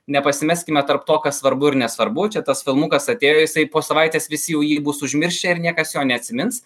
nepasimeskime tarp to kas svarbu ir nesvarbu čia tas filmukas atėjo jisai po savaitės visi jau jį bus užmiršę ir niekas jo neatsimins